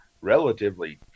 relatively